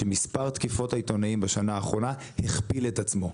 שמספר תקיפות העיתונאים בשנה האחרונה הכפיל את עצמו.